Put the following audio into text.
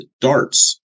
darts